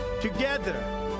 Together